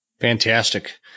Fantastic